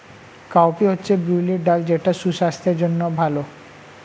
cowpea হচ্ছে বিউলির ডাল যেটা সুস্বাস্থ্যের জন্য ভালো